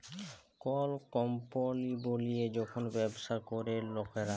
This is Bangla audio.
কল কম্পলি বলিয়ে যখল ব্যবসা ক্যরে লকরা